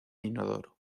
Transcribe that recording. inodoro